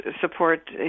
support